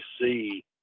see